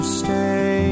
stay